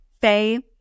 Faye